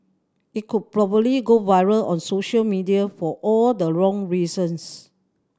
it could probably go viral on social media for all the wrong reasons